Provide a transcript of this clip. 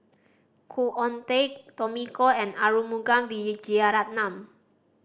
Khoo Oon Teik Tommy Koh and Arumugam Vijiaratnam